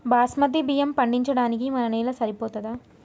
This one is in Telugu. బాస్మతి బియ్యం పండించడానికి మన నేల సరిపోతదా?